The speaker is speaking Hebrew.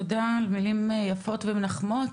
תודה על מילים יפות ומנחמות,